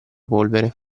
polvere